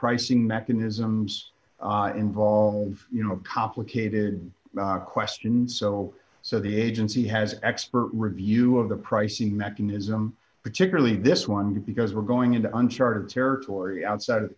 pricing mechanisms involved you know complicated question and so so the agency has expert review of the pricing mechanism particularly this one because we're going into uncharted territory outside of